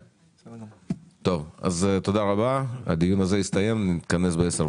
תודה רבה, הישיבה נעולה.